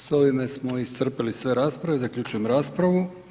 S ovime smo iscrpili sve rasprave, zaključujem raspravu.